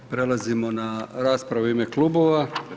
Prelazimo na raspravu u ime klubova.